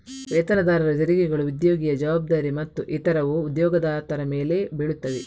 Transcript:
ವೇತನದಾರರ ತೆರಿಗೆಗಳು ಉದ್ಯೋಗಿಯ ಜವಾಬ್ದಾರಿ ಮತ್ತು ಇತರವು ಉದ್ಯೋಗದಾತರ ಮೇಲೆ ಬೀಳುತ್ತವೆ